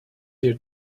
your